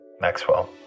Maxwell